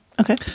Okay